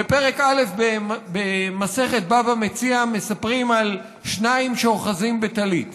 בפרק א' במסכת בבא מציעא מספרים על שניים שאוחזין בטלית,